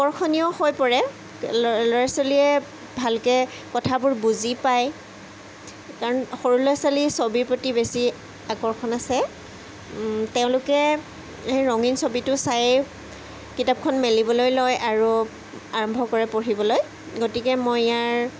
আকৰ্ষণীয় হৈ পৰে ল'ৰা ছোৱালীয়ে ভালকৈ কথাবোৰ বুজি পায় কাৰণ সৰু ল'ৰা ছোৱালীৰ ছবিৰ প্ৰতি বেছি আকৰ্ষণ আছে তেওঁলোকে সেই ৰঙীন ছবিটো চাই কিতাপখন মেলিবলৈ লয় আৰু আৰম্ভ কৰে পঢ়িবলৈ গতিকে মই ইয়াৰ